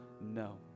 no